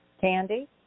Candy